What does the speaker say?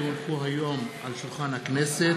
כי הונחו היום על שולחן הכנסת,